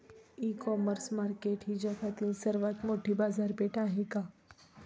इ commerce market ही जगातील सर्वात मोठी बाजारपेठ आहे का?